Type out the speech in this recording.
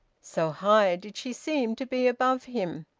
so high did she seem to be above him.